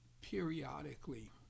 periodically